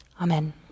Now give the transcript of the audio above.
Amen